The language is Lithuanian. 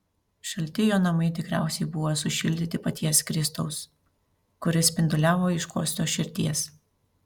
šalti jo namai tikriausiai buvo sušildyti paties kristaus kuris spinduliavo iš kostios širdies